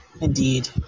Indeed